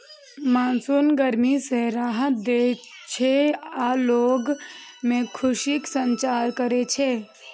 monsoon गर्मी सं राहत दै छै आ लोग मे खुशीक संचार करै छै